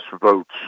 votes